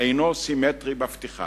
אינו סימטרי בפתיחה,